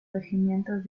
regimientos